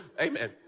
Amen